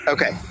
Okay